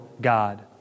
God